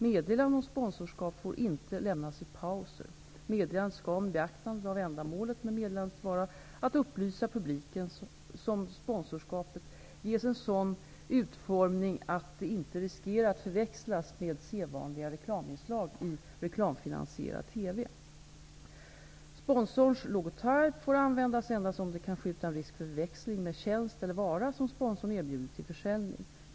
Meddelande om sponsorskap får inte lämnas i pauser. Meddelandet skall -- med beaktande av att ändamålet med meddelandet skall vara att upplysa publiken om sponsorskapet -- ges en sådan utformning att det inte riskerar att förväxlas med sedvanliga reklaminslag i reklamfinansierad TV. Sponsorns logotyp får användas endast om det kan ske utan risk för förväxling med tjänst eller vara som sponsorn erbjuder till försäljning.